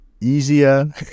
easier